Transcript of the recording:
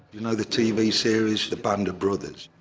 you know the tv series the band of brothers?